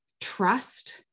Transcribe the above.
trust